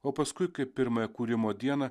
o paskui kaip pirmąją kūrimo dieną